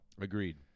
Agreed